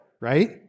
right